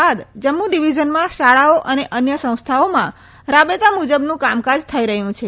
બાદ જમ્મુ ડિવિઝનમાં શાળાઓ અને અન્ય સંસ્થાઓમાં રાબેતા મુજબનું કામ કાજ થઇ રહ્યું છે